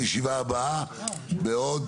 הישיבה ננעלה בשעה